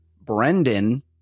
Brendan